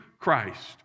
Christ